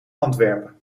antwerpen